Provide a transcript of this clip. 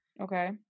Okay